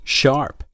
sharp